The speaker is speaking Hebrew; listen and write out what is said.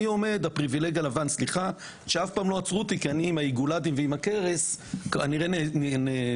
עומד הפריווילג הלבן שאף פעם לא עצרו אותי וכנראה נזהרים.